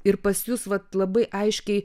ir pas jus vat labai aiškiai